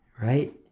right